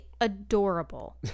adorable